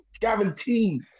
Guaranteed